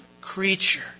creature